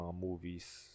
movies